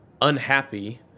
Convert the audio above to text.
unhappy